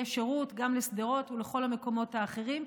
יהיה שירות גם לשדרות ולכל המקומות האחרים,